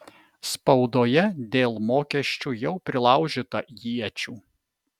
spaudoje dėl mokesčių jau prilaužyta iečių